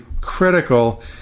critical